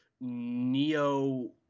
neo